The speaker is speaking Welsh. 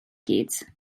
gyd